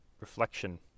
reflection